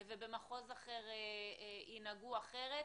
ובמחוז אחר ינהגו אחרת.